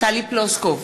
טלי פלוסקוב,